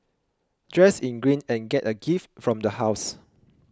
dress in green and get a gift from the house